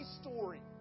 story